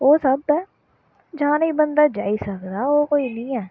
ओह् सब ऐ जाने गी बन्दा जाई सकदा ओह् कोई नी ऐ